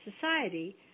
society